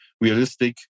realistic